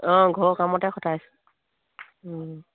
অঁ ঘৰৰ কামতে খটাইছোঁ